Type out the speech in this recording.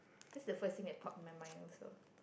that's the first thing that pop in my mind also